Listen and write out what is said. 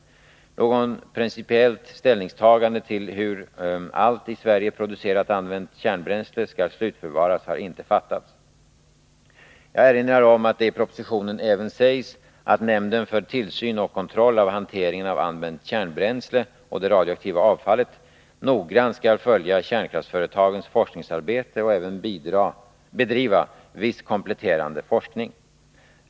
Något principiellt ställningstagande till hur allt i Sverige producerat använt kärnbränsle skall slutförvaras har inte fattats. Jag erinrar om att det i propositionen även sägs att nämnden för tillsyn och kontroll av hanteringen av använt kärnbränsle och det radioaktiva avfallet noggrant skall följa kärnkraftsföretagens forskningsarbete och även bedriva viss kompletterande forskning.